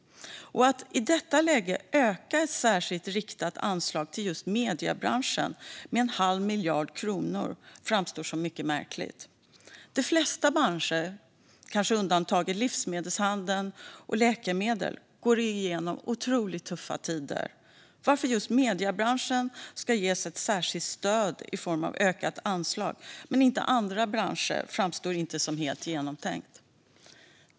Att i detta läge öka ett särskilt riktat anslag till just mediebranschen med en halv miljard kronor framstår som mycket märkligt. De flesta branscher, kanske undantaget livsmedelshandeln och läkemedelsbranschen, går igenom otroligt tuffa tider. Varför just mediebranschen, men inte andra branscher, ska ges ett särskilt stöd i form av ett ökat anslag framstår inte som helt genomtänkt.